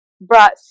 brought